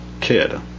kid